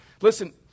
Listen